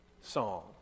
song